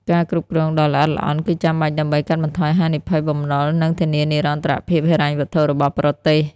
ការគ្រប់គ្រងដ៏ល្អិតល្អន់គឺចាំបាច់ដើម្បី កាត់បន្ថយហានិភ័យបំណុល និងធានានិរន្តរភាពហិរញ្ញវត្ថុរបស់ប្រទេស។